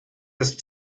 ist